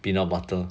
peanut butter